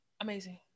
amazing